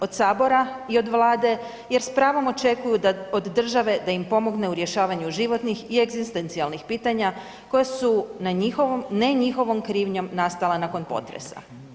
Od sabora i od Vlade jer s pravom očekuju od države da im pomogne u rješavanju životnih i egzistencijalnih pitanja koje su ne njihovom krivnjom nastala nakon potresa.